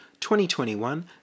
2021